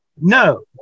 No